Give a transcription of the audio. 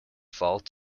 fault